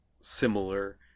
similar